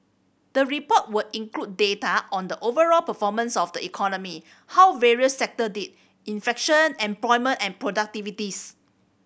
the report will include data on the overall performance of the economy how various sector did inflation employment and productivities